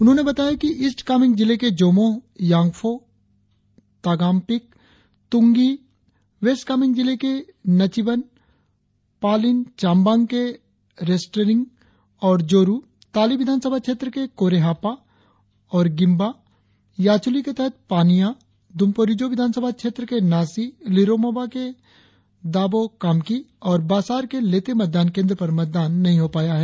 उन्होंने बताया कि ईस्ट कामेंग जिले के जोमोह यांगफो तागामपिक तुंगी वेस्ट कामें जिले के नचिबन पालिन चामबांग के रेस्ट्रेरिंग और जोरु ताली विधानसभा क्षेत्र के कोरे हापा और गिमबा याचुली के तहत पानिया दुमपोरिजो विधान सभा क्षेत्र के नासी लिरोमोबा के दाबोकामकी और बासार के लेते मतदान केंद्र पर मतदान नहीं हो पाया है